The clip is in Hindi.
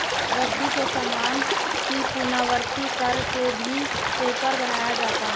रद्दी के सामान की पुनरावृति कर के भी पेपर बनाया जाता है